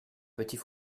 petit